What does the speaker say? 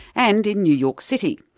and in new york city.